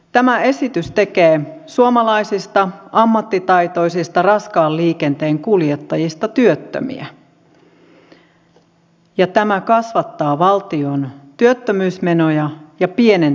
tämä esitys tekee suomalaisista ammattitaitoisista raskaan liikenteen kuljettajista työttömiä ja tämä kasvattaa valtion työttömyysmenoja ja pienentää verotuloja